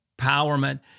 empowerment